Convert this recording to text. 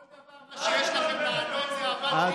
כל דבר שיש לכם לענות זה: אבל ביבי.